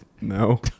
No